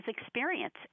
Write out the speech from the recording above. experience